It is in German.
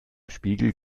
spiegel